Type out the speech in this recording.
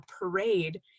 parade